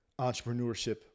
entrepreneurship